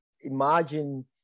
imagine